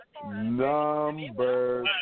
Number